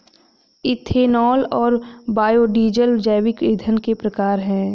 ethanol और biodiesel जैविक ईंधन के प्रकार है